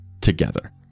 together